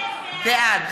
בעד